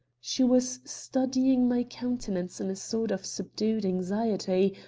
she was studying my countenance in a sort of subdued anxiety,